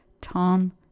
Tom